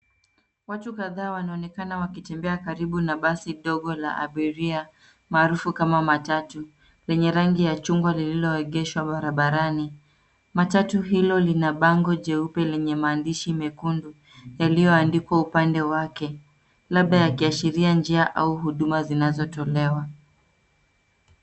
Watu kadhaa wanaonekana wakitembea karibu na basi dogo la abiria, maarufu kama matatu. Lenye rangi ya chungwa lililoegeshwa barabarani. Matatu hilo lina bango jeupe lenye maandishi mekundu, yaliyoandikwa upande wake. Labda yakiashiria njia au huduma zinazotolewa.